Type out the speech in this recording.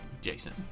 Jason